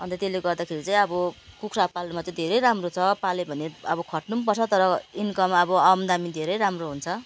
अन्त त्यसले गर्दाखेरि चाहिँ अब कुखुरा पाल्नुमा चाहिँ धेरै राम्रो छ पाल्यो भने अब खट्नु पर्छ तर इन्कम अब आमदानी धेरै राम्रो हुन्छ